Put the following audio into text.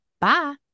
Bye